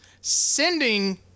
Sending